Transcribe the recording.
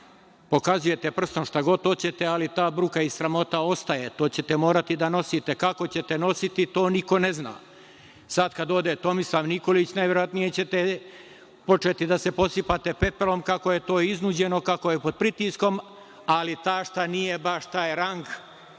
pokazujete prstom šta hoćete, ali ta bruka i sramota ostaje. To ćete morati da nosite. Kako ćete nositi, to niko ne zna. Sada kada ode Tomislav Nikolić najverovatnije ćete početi da se posipate pepelom, kako je to iznuđeno, kako je pod pritiskom, ali tašta nije baš taj rang